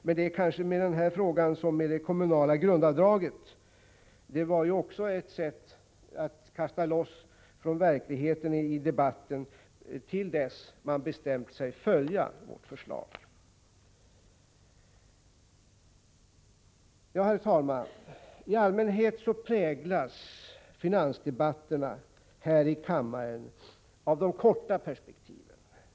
Men det är kanske med den här frågan som med det kommunala grundavdraget — det var ju också ett sätt att kasta loss från verkligheten i debatten till dess man bestämt sig för att följa vårt förslag. Herr talman! I allmänhet präglas finansdebatterna här i kammaren av de korta perspektiven.